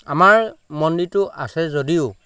আমাৰ মন্দিৰটো আছে যদিও